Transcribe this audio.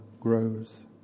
grows